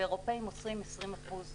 ואירופים עושים 20% ישיר.